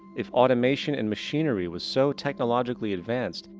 if automation and machinery was so technologically advanced,